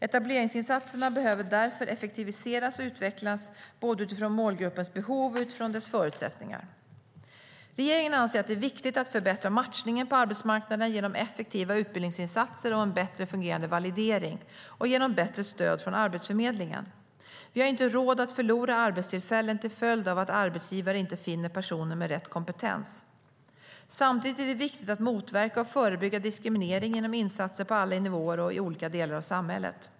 Etableringsinsatserna behöver därför effektiviseras och utvecklas, både utifrån målgruppens behov och utifrån dess förutsättningar. Regeringen anser att det är viktigt att förbättra matchningen på arbetsmarknaden genom effektiva utbildningsinsatser och bättre fungerande validering och genom bättre stöd från Arbetsförmedlingen. Vi har inte råd att förlora arbetstillfällen till följd av att arbetsgivare inte finner personer med rätt kompetens. Samtidigt är det viktigt att motverka och förebygga diskriminering genom insatser på alla nivåer och i olika delar av samhället.